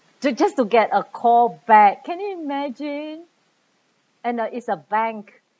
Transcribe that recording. to just to get a callback can you imagine and it's a bank